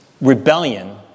rebellion